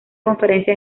conferencia